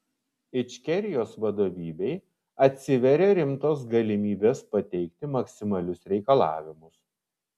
ičkerijos vadovybei atsiveria rimtos galimybės pateikti maksimalius reikalavimus